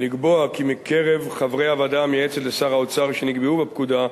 ולקבוע כי מקרב חברי הוועדה המייעצת לשר האוצר שנקבעו בפקודה,